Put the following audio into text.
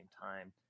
time